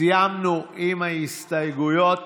סיימנו עם ההסתייגויות.